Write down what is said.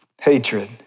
hatred